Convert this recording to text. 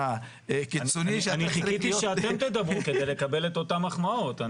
הקיצוני --- אני חיכיתי שאתם תדברו כדי לקבל את אותן מחמאות.